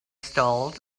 stalls